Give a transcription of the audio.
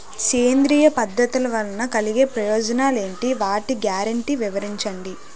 సేంద్రీయ పద్ధతుల వలన కలిగే ప్రయోజనాలు ఎంటి? వాటి గ్యారంటీ వివరించండి?